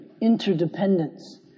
interdependence